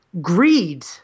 greed